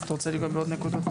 את רוצה לגעת בעוד נקודות?